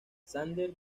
xander